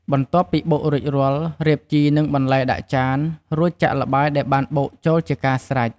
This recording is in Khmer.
បន្ទាប់ពីបុករួចរាល់ រៀបជី និងបន្លែដាក់ចាន រួចចាក់ល្បាយដែលបានបុកចូលជាការស្រេច។